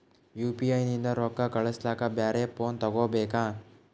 UPI ನಿಂದ ರೊಕ್ಕ ಕಳಸ್ಲಕ ಬ್ಯಾರೆ ಫೋನ ತೋಗೊಬೇಕ?